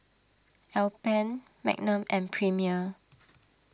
Alpen Magnum and Premier